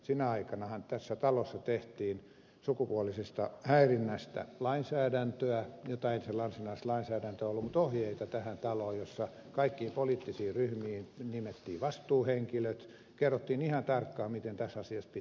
sinä aikanahan tässä talossa tehtiin sukupuolisesta häirinnästä lainsäädäntöä ei se varsinaista lainsäädäntöä ollut mutta ohjeita tähän taloon jossa kaikkiin poliittisiin ryhmiin nimettiin vastuuhenkilöt kerrottiin ihan tarkkaan miten tässä asiassa pitää edetä